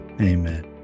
Amen